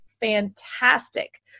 fantastic